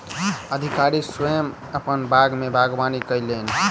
अधिकारी स्वयं अपन बाग में बागवानी कयलैन